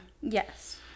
Yes